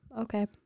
okay